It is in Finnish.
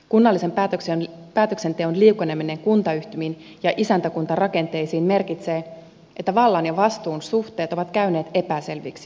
kunnallisen päätöksenteon liukeneminen kuntayhtymiin ja isäntäkuntarakenteisiin merkitsee että vallan ja vastuun suhteet ovat käyneet epäselviksi